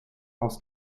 aus